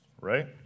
Right